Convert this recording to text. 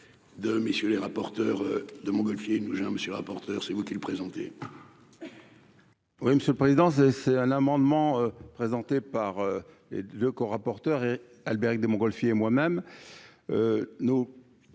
de messieurs les rapporteurs de Montgolfier nous gêne, monsieur le rapporteur, c'est vous qui le présenter. Oui, monsieur le président, c'est c'est un amendement présenté par le co-rapporteur est Albéric de Montgolfier et moi-même,